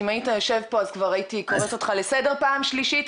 אם היית פה כבר הייתי קוראת אותך לסדר פעם שלישית.